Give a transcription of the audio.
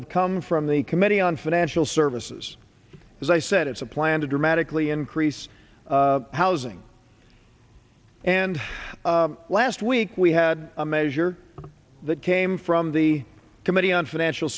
have come from the committee on financial services as i said it's a plan to dramatically increase housing and last week we had a measure that came from the committee on financial